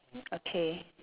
okay